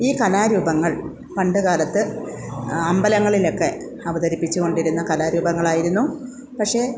ഈ കലാരൂപങ്ങൾ പണ്ടുകാലത്ത് അമ്പലങ്ങളിലൊക്കെ അവതരിപ്പിച്ചുകൊണ്ടിരുന്ന കലാരൂപങ്ങളായിരുന്നു പക്ഷെ